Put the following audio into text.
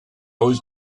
was